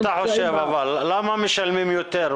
למה משלמים יותר?